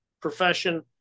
profession